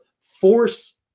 force